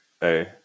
hey